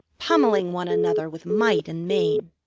pummeling one another with might and main.